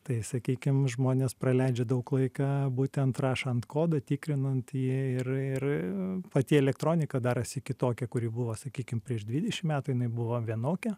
tai sakykim žmonės praleidžia daug laiko būtent rašant kodą tikrinant ir ir pati elektronika darosi kitokia kuri buvo sakykim prieš dvidešimt metų jinai buvo vienokia